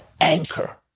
anchor